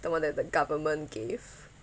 the one that the government gave